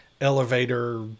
elevator